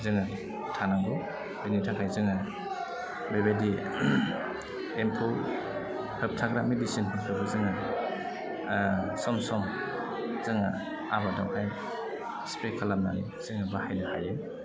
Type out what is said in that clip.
जोङो थानांगौ बेनि थाखाय जोङो बेबायदि एम्फौ होबथाग्रा मेडिसिनफोरखौ जोङो सम सम जोङो आबादावहाय स्प्रे खालामनानै जोङो बाहायनो हायो